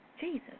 Jesus